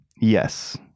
Yes